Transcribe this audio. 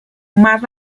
más